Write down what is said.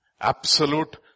Absolute